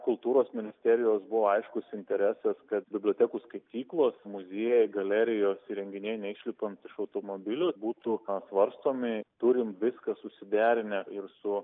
kultūros ministerijos buvo aiškus interesas kad bibliotekų skaityklos muziejai galerijos įrenginiai neišlipant iš automobilių būtų apsvarstomi turim viską susiderinę ir su